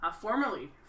Formerly